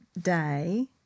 day